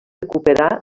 recuperà